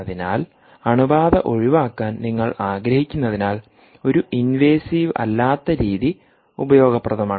അതിനാൽ അണുബാധ ഒഴിവാക്കാൻ നിങ്ങൾ ആഗ്രഹിക്കുന്നതിനാൽ ഒരു ഇൻവേസീവ് അല്ലാത്ത രീതി ഉപയോഗപ്രദമാണ്